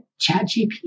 ChatGPT